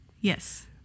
Yes